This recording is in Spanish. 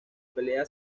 pelea